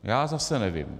Já zase nevím.